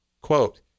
Quote